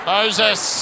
Moses